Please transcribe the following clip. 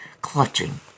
clutching